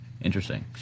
Interesting